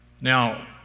Now